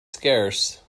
scarce